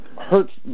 hurts